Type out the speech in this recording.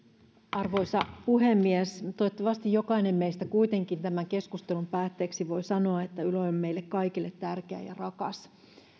arvoisa puhemies toivottavasti jokainen meistä kuitenkin tämän keskustelun päätteeksi voi sanoa että yle on meille kaikille tärkeä ja rakas